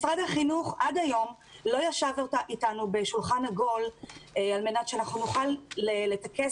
משרד החינוך עד היום לא ישב אתנו בשולחן עגול על מנת שאנחנו נוכל לטקס